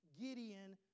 Gideon